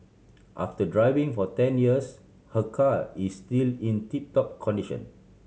after driving for ten years her car is still in tip top condition